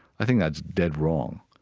i think that's dead wrong.